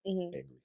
angry